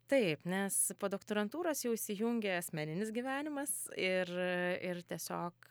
taip nes po doktorantūros jau įsijungė asmeninis gyvenimas ir ir tiesiog